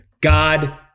God